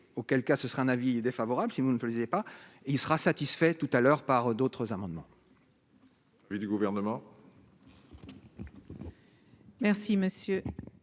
auquel cas ce serait un avis défavorable, si vous ne lisez pas, il sera satisfait tout à l'heure par d'autres amendements. Du gouvernement. Merci monsieur